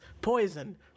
poison